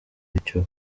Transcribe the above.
aricyo